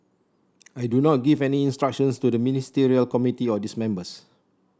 I do not give any instructions to the Ministerial Committee or this members